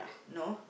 no